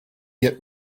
get